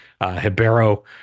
Hibero